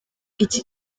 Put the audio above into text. iki